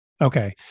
Okay